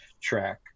track